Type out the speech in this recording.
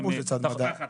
מה פירוש לצד מד"א?